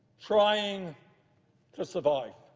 trying to survive.